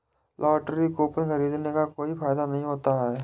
lottery coupon खरीदने का कोई फायदा नहीं होता है